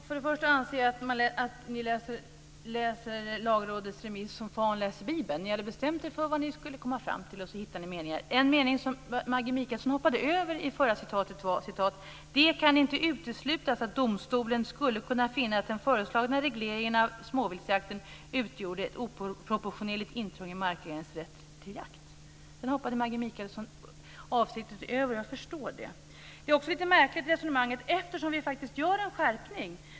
Fru talman! Jag anser att ni läser Lagrådets remiss som fan läser Bibeln. Ni hade bestämt er för vad ni skulle komma fram till och så hittade ni meningar som stödde det. En mening som Maggi Mikaelsson hoppade över i förra citatet var denna: "Det kan inte uteslutas att domstolen skulle kunna finna att den föreslagna regleringen av småviltsjakten utgjorde ett oproportionerligt intrång i markägarens rätt till jakt." Den hoppade Maggi Mikaelsson avsiktligt över, och jag förstår det. Resonemanget är också märkligt eftersom vi faktiskt gör en skärpning.